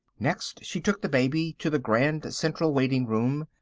next she took the baby to the grand central waiting-room,